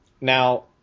Now